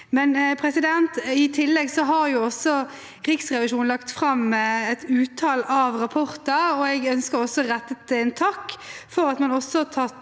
I tillegg har Riksrevisjonen lagt fram et utall rapporter, og jeg ønsker å takke for at man også har tatt